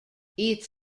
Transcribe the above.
its